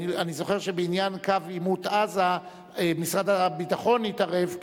אני זוכר שבעניין קו עימות עזה משרד הביטחון התערב,